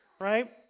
right